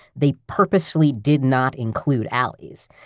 they purposefully did not include alleys.